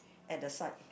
at the side